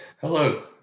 Hello